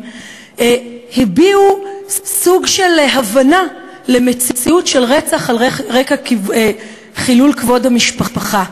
הביעו סוג של הבנה למציאות של רצח על רקע "חילול כבוד המשפחה".